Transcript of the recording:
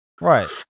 right